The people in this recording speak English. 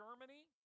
Germany